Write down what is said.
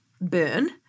burn